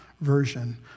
version